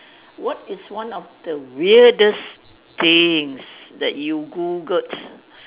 what is one of the weirdest things that you Googled